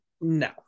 No